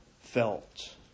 felt